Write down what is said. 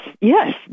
yes